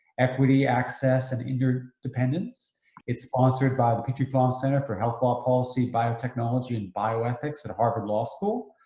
equity access and interdependence. it's sponsored by the petrie-flom center for health law policy, biotechnology, and bioethics at harvard law school,